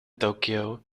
tokyo